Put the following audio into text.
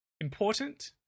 important